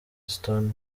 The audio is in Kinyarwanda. stone